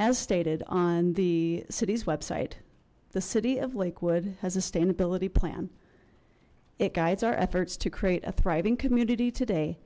as stated on the city's website the city of lakewood has a stainability plan it guides our efforts to create a thriving community today